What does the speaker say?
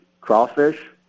crawfish